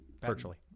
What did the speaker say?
virtually